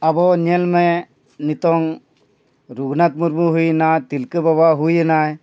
ᱟᱵᱚ ᱧᱮᱞᱢᱮ ᱱᱤᱛᱳᱜ ᱨᱚᱜᱷᱩᱱᱟᱛᱷ ᱢᱩᱨᱢᱩ ᱦᱩᱭᱮᱱᱟ ᱛᱤᱞᱠᱟᱹ ᱵᱟᱵᱟ ᱦᱩᱭᱮᱱᱟᱭ